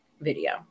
video